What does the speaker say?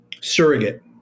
surrogate